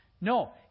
No